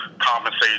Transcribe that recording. compensate